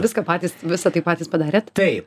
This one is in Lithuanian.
viską patys visa tai patys padarėt taip